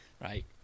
right